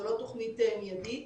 זו לא תוכנית מיידית,